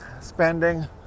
spending